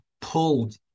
pulled